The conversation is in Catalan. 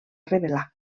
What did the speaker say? revelar